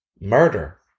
murder